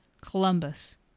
Columbus